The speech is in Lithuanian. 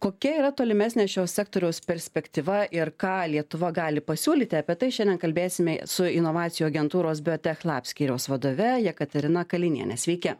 kokia yra tolimesnė šio sektoriaus perspektyva ir ką lietuva gali pasiūlyti apie tai šiandien kalbėsime su inovacijų agentūros biotech lab vadove jekaterina kalinienė sveiki